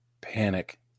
Panic